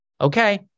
Okay